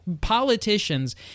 Politicians